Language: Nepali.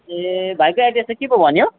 ए भाइको एड्रेस चाहिँ के पो भन्यो